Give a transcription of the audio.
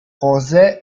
josé